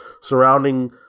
surrounding